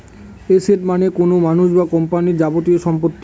asset মানে কোনো মানুষ বা কোম্পানির যাবতীয় সম্পত্তি